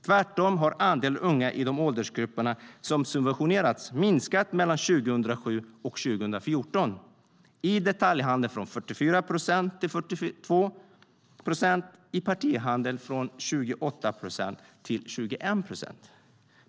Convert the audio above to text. Tvärtom har andelen unga i de åldersgrupper som har subventionerats minskat mellan 2007 och 2014, i detaljhandeln från 44 procent till 42 procent och i partihandeln från 28 procent till 21 procent.